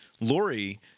Lori